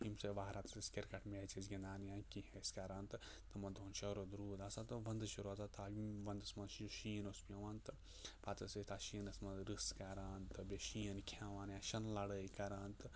یِیٚمہِ سۭتۍ ؤہراتَس أسۍ کِرکَٹ میچ ٲسۍ گِنٛدان یا کیٚنٛہہ ٲسۍ کَران تہٕ تِمَن دۄہَن چھِ رُدٕ روٗد آسان تہٕ ونٛدٕ چھِ روزان تاپھ ونٛدَس منٛز یُس شیٖن اوٗس پیٚوان تہٕ پَتہٕ ٲسۍ أسۍ تَتھ شیٖنَس منٛز رٕژھ کَران تہٕ بیٚیہِ شیٖن کھیٚوان یا شِنہٕ لَڑٲے کَران تہٕ